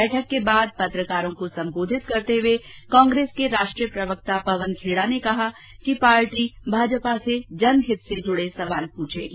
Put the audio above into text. बैठक के बाद पत्रकारों को सम्बोधित करते हुए कांग्रेस के राष्ट्रीय प्रवक्ता पवन खेड़ा ने कहा कि पार्टी भाजपा से जनहित से जुड़े सवाल पूछेगी